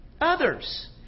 Others